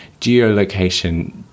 geolocation